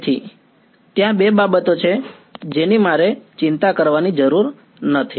તેથી ત્યાં બે બાબતો છે જેની મારે ચિંતા કરવાની જરૂર છે